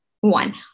one